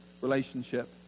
relationship